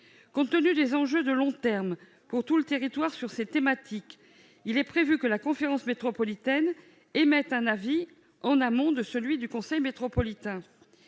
Compte tenu des enjeux de long terme liés à cette thématique pour tout le territoire, il est prévu que la conférence métropolitaine émette un avis en amont de celui du conseil métropolitain.